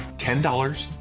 ten dollars,